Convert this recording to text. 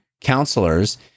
counselors